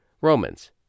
Romans